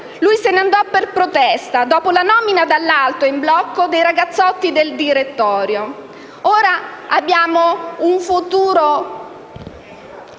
Egli se ne andò per protesta dopo la nomina dall'alto, in blocco, dei ragazzotti del cosiddetto direttorio. Ora abbiamo un futuro